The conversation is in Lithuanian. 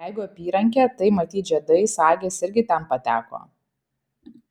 jeigu apyrankė tai matyt žiedai sagės irgi ten pateko